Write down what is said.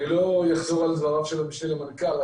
אני לא אחזור על דבריו של המשנה למנכ"ל.